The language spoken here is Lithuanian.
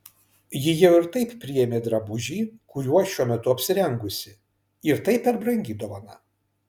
ji jau ir taip priėmė drabužį kuriuo šiuo metu apsirengusi ir tai per brangi dovana